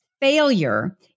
failure